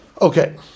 Okay